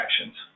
actions